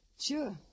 Sure